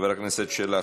חבר הכנסת שלח,